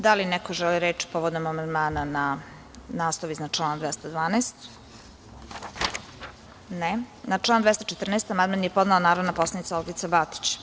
Da li još neko želi reč po amandmanu na naslov iznad člana 212? (Ne) Na član 214. amandman je podnela narodna poslanica Olgica Batić.